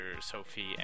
sophie